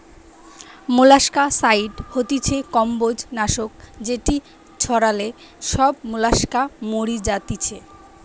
molluscicide হতিছে কম্বোজ নাশক যেটি ছড়ালে সব মোলাস্কা মরি যাতিছে